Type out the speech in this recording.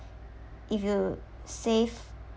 if you save